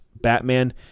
Batman